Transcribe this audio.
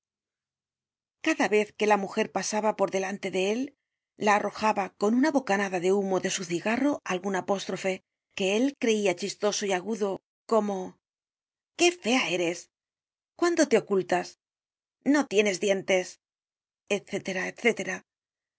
cada vez que la mujer pasaba por delante de él la arrojaba con una bocanada de humo de su cigarro algun apostrofe que él creia chis toso y agudo como qué fea eres cuándo te ocultas no tienes dientes